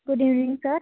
good evening sir